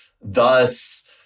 thus